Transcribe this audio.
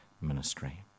ministry